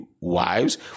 wives